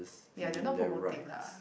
ya they're not promoting lah